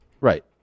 Right